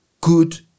good